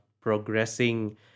progressing